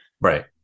Right